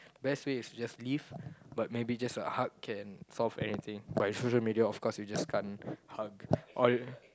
best way is to just leave but maybe just a hug can solve everything but on social media of course you just can't hug all